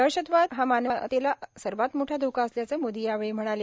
दहशतवाद ही मानवतेला सर्वात मोठा धोका असल्याचं मोदी यावेळी महणाले